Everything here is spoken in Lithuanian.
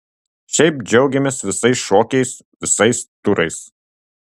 šiaip džiaugiamės visais šokiais visais turais